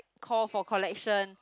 call for collection